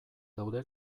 daude